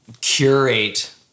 curate